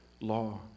law